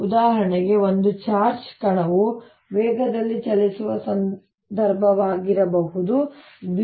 ಉದಾಹರಣೆಗೆ ಒಂದು ಚಾರ್ಜ್ ಕಣವು ವೇಗದಲ್ಲಿ ಚಲಿಸುವ ಸಂದರ್ಭವಾಗಿರಬಹುದು v